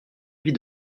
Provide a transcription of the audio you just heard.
vis